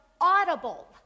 audible